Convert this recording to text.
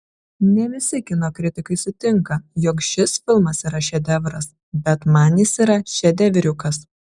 ne visi kino kritikai sutinka jog šis filmas yra šedevras bet man jis yra šedevriukas